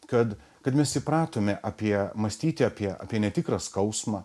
kad kad mes įpratome apie mąstyti apie apie netikrą skausmą